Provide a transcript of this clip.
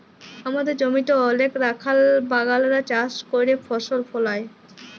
আমাদের জমিতে অলেক রাখাল বাগালরা চাষ ক্যইরে ফসল ফলায়